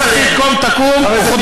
גם שומרון וכל